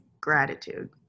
gratitude